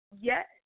Yes